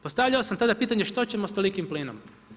Postavljao sam tada pitanje što ćemo s tolikim plinom?